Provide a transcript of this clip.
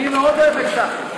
אני מאוד אוהב את צחי,